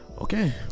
Okay